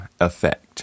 effect